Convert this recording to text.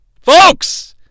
folks